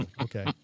okay